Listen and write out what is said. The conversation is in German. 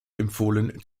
empfohlen